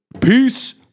Peace